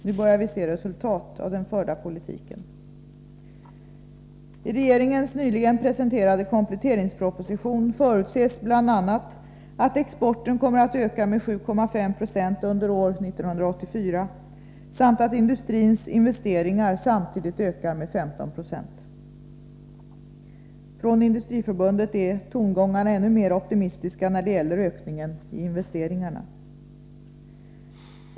Nu börjar vi se resultatet av den förda politiken. I regeringens nyligen presenterade kompletteringsproposition förutses bl.a. att exporten kommer att öka med 7,5 76 under år 1984 samt att industrins investeringar samtidigt ökar med 15 96. Från Industriförbundet är tongångarna ännu mer optimistiska när det gäller ökningen i investeringarna.